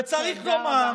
וצריך לומר,